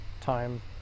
time